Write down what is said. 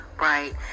Right